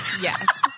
yes